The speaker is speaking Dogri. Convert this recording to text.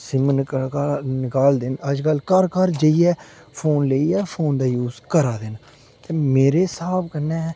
सिम निका निकालदे न अज्जकल घर घर जाइयै फोन लेइयै फोन दा यूज़ करा दे न ते मेरे स्हाब कन्नै